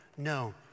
No